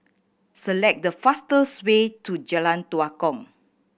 select the fastest way to Jalan Tua Kong